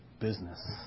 business